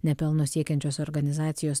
ne pelno siekiančios organizacijos